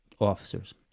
officers